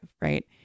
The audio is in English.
right